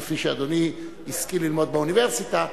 כפי שאדוני השכיל ללמוד באוניברסיטה.